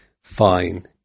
fine